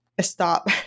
stop